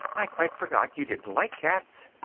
i quite forgot you didn't like cats!